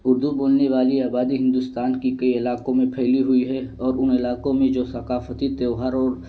اردو بولنے والی آبادی ہندوستان کی کئی علاقوں میں پھیلی ہوئی ہے اور ان علاقوں میں جو ثقافتی تیوہار اور